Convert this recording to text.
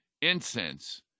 incense